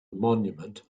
monument